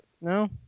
No